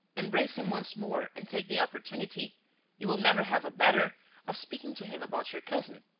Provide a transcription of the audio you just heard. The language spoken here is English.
embrace him once more and take the opportunity you will never have a better of speaking to him about your cousin.